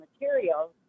materials